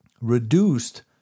reduced